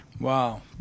Wow